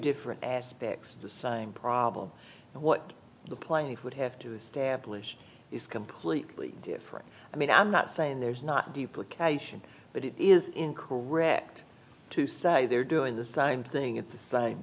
different aspects of the same problem and what the plaintiff would have to establish is completely different i mean i'm not saying there's not duplication but it is in correct to say they're doing the same thing at the same